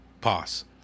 Pause